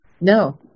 no